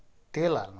तेल हाल्नुहोस्